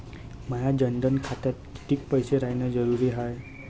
माया जनधन खात्यात कितीक पैसे रायन जरुरी हाय?